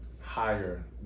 higher